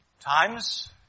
times